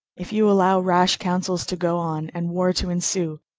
if you allow rash counsels to go on and war to ensue,